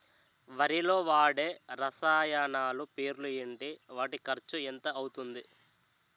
వరిలో వాడే రసాయనాలు పేర్లు ఏంటి? వాటి ఖర్చు ఎంత అవతుంది?